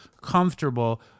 comfortable